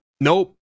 nope